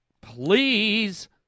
Please